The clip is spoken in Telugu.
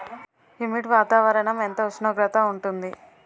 హ్యుమిడ్ వాతావరణం ఎంత ఉష్ణోగ్రత ఉంటుంది?